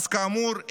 כאמור,